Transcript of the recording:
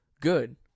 good